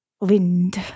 wind